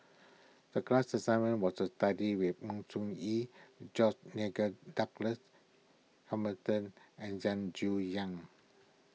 the class assignment was to study with Sng Choon Yee George Nigel Douglas Hamilton and Zen Jiu Yang